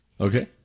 Okay